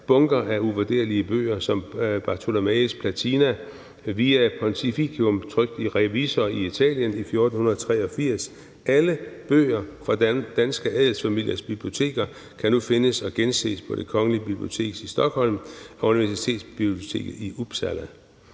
bunker af uvurderlige bøger som Bartolomeo Platinas Vitae Pontificum, trykt i Treviso i Italien i 1483. Alle bøger fra danske adelsfamiliers biblioteker kan nu findes og genses på det kongelige bibliotek i Stockholm og universitetsbiblioteket i Uppsala.